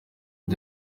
the